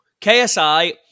KSI